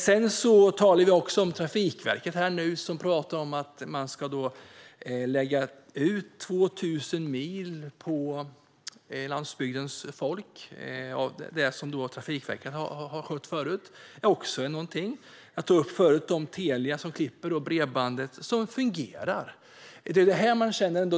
Sedan talar Trafikverket om att man ska lägga ut 2 000 mil av det som Trafikverket tidigare har skött på landsbygdens folk. Jag tog tidigare också upp att Telia klipper det bredband som fungerar.